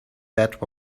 that